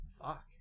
Fuck